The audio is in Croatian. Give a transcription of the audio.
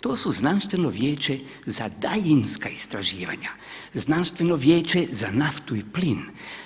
To su Znanstveno vijeće za daljinska istraživanja, Znanstveno vijeća za naftu i plin,